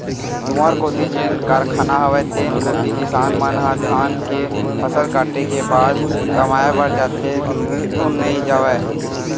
तुँहर कोती जेन कारखाना हवय तेन कोती किसान मन ह धान के फसल कटे के बाद कमाए बर जाथे धुन नइ जावय?